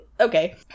Okay